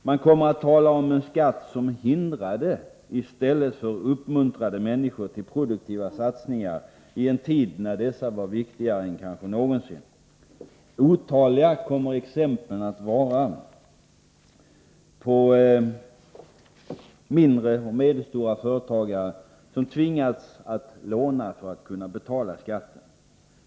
Man kommer att tala om en skatt som hindrade i stället för uppmuntrade människor till produktiva satsningar i en tid när dessa var viktigare än kanske någonsin. Otaliga kommer exemplen att vara på mindre och medelstora företagare som tvingats låna för att kunna betala skatten.